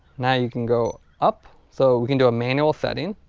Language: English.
now you can go up so we can do a manual setting